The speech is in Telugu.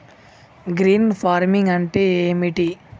గ్రీన్ ఫార్మింగ్ అంటే ఏమిటి?